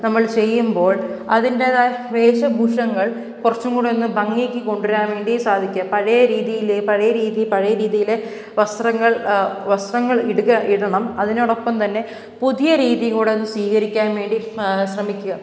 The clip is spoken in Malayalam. നമ്മൾ ചെയ്യുമ്പോൾ അതിൻറ്റേതായ വേഷഭൂഷകൾ കുറച്ചും കൂടൊന്നു ഭംഗിക്ക് കൊണ്ടു വരാൻ വേണ്ടി സാധിക്കും പഴയ രീതിയിൽ പഴയ രീതി പഴയ രീതിയിൽ വസ്ത്രങ്ങൾ വസ്ത്രങ്ങൾ ഇടുക ഇടണം അതിനോടൊപ്പം തന്നെ പുതിയ രീതിയും കൂടൊന്നു സ്വീകരിക്കാൻ വേണ്ടി ശ്രമിക്കുക